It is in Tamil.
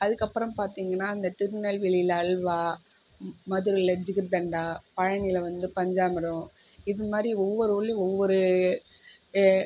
அதற்கப்பறம் பாத்தீங்கன்னா திருநெல்வேலியில அல்வா மதுரையில் ஜிகர்தண்டா பழனியில வந்து பஞ்சாமிர்தம் இது மாரி ஒவ்வொரு ஊருளையும் ஒவ்வொரு